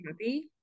happy